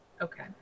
Okay